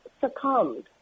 succumbed